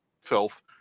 filth